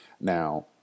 Now